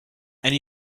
and